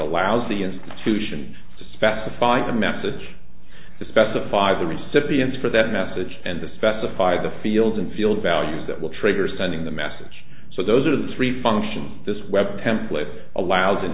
allows the institution to specify the message to specify the recipients for that message and to specify the fields and field values that will trigger sending the message so those are the three functions this web template allows an